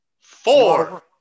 Four